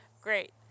great